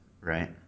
Right